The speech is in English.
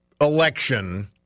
election